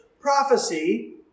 prophecy